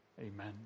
amen